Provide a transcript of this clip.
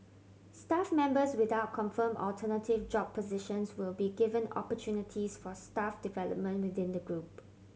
staff members without confirm alternative job positions will be given opportunities for staff development within the group